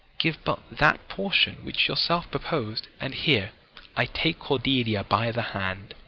give but that portion which yourself propos'd, and here i take cordelia by the hand,